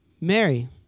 Mary